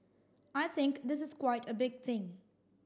I think this is quite a big thing